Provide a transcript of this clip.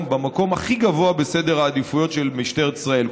במקום הכי גבוה בסדר העדיפויות של משטרת ישראל.